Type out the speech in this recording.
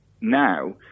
now